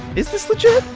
is this legit?